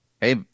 hey